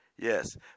Yes